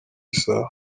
isaha